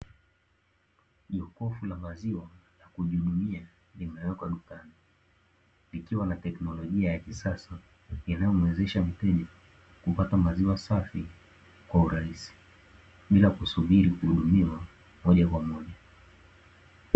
Jokofu la maziwa la kujihudumia limewekwa dukani likiwa na teknolojia ya kisasa, inayomwezesha mteja kupata maziwa safi kwa urahisi bila kusubiri kuhudumiwa moja kwa moja.